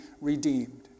redeemed